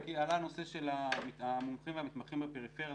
כי עלה הנושא של המומחים והמתמחים בפריפריה.